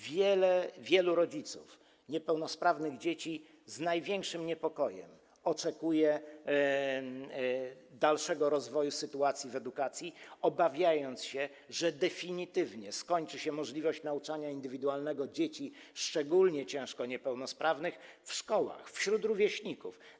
Wielu rodziców dzieci niepełnosprawnych z największym niepokojem oczekuje dalszego rozwoju sytuacji w edukacji, obawiając się, że definitywnie skończy się możliwość nauczania indywidualnego dzieci szczególnie ciężko niepełnosprawnych w szkołach, wśród rówieśników.